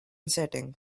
setting